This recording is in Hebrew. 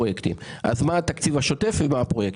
מה התקציב השוטף ומה הפרויקטים?